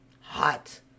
hot